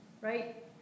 right